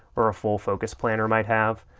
or a full focus planner might have.